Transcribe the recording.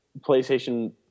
PlayStation